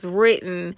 written